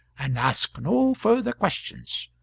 and ask no further questions,